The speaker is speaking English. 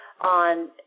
on